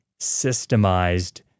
systemized